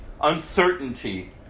uncertainty